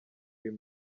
uyu